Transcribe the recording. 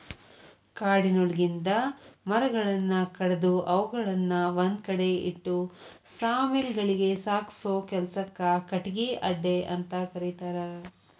ಕಾಡಿನೊಳಗಿಂದ ಮರಗಳನ್ನ ಕಡದು ಅವುಗಳನ್ನ ಒಂದ್ಕಡೆ ಇಟ್ಟು ಸಾ ಮಿಲ್ ಗಳಿಗೆ ಸಾಗಸೋ ಕೆಲ್ಸಕ್ಕ ಕಟಗಿ ಅಡ್ಡೆಅಂತ ಕರೇತಾರ